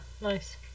nice